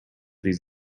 these